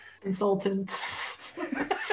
Consultant